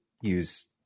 use